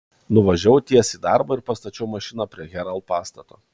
nuvažiavau tiesiai į darbą ir pastačiau mašiną prie herald pastato